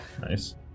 nice